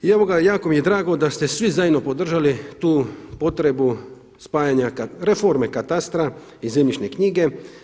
E evo ga, jako mi je drago da ste svi zajedno podržali tu potrebu reforme katastra i zemljišne knjige.